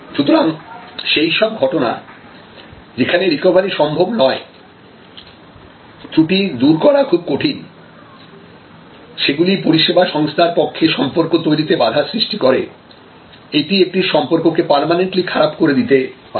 সুতরাং সেইসব ঘটনা যেখানে রিকভারি সম্ভব নয় ত্রুটি দূর করা খুব কঠিন সেগুলি পরিষেবা সংস্থার পক্ষে সম্পর্ক তৈরিতে বাধা সৃষ্টি করে এটি একটা সম্পর্ককে পার্মানেন্টলি খারাপ করে দিতে পারে